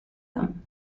him